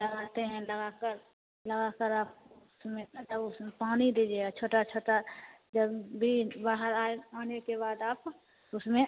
लगाते हैं लगाकर लगाकर आप उसमें मतलब उसमें पानी दीजिएगा छोटा छोटा जब बीज बाहर आए आने के बाद आप उसमें